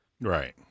Right